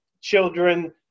children